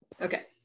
Okay